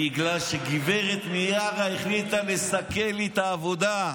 בגלל שגב' מיארה החליטה לסכל לי את העבודה.